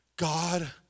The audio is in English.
God